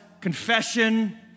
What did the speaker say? confession